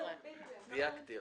את רוצה להגיד לי